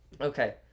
Okay